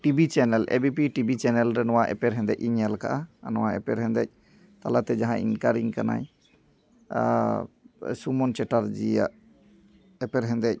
TV channel A B P TV channel ᱨᱮ ᱱᱚᱣᱟ ᱮᱯᱮᱨᱦᱮᱸᱰᱮᱡ ᱤᱧ ᱧᱮᱞᱠᱟᱜᱼᱟ ᱟᱨ ᱱᱚᱣᱟ ᱮᱯᱮᱨᱦᱮᱸᱰᱮᱡ ᱛᱟᱞᱟᱛᱮ ᱡᱟᱦᱟᱸᱭ ᱮᱱᱠᱟᱨᱤᱝ ᱠᱟᱱᱟᱭ ᱥᱩᱢᱚᱱ ᱪᱮᱴᱟᱨᱡᱤᱭᱟᱜ ᱮᱯᱮᱨᱦᱮᱸᱰᱮᱡ